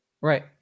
Right